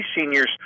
seniors